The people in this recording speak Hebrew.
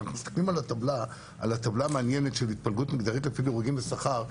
כשאנחנו מסתכלים על הטבלה המעניינת של התפלגות מגדרית לפי דירוגים ושכר,